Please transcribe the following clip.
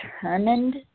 Determined